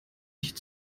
nicht